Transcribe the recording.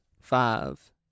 five